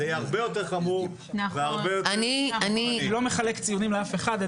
זה יהיה הרבה יותר חמור והרבה יותר --- אני לא מחלק ציונים לאף אחד.